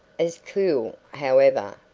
as cool, however,